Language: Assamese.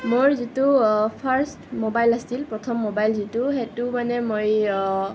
মোৰ যিটো ফাৰ্ষ্ট ম'বাইল আছিল প্ৰথম ম'বাইল যিটো সেইটো মানে মই